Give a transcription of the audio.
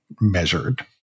measured